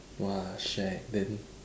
!wah! shagged then